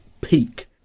peak